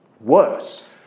worse